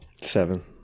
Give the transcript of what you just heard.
Seven